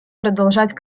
продолжать